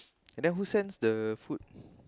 and then who send the food